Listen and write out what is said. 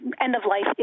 end-of-life